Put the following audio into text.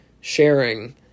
sharing